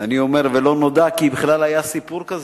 ואני אומר: ולא נודע כי בכלל היה סיפור כזה.